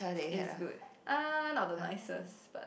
it's good uh not the nicest but